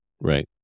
Right